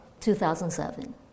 2007